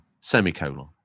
semicolon